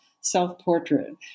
self-portrait